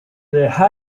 the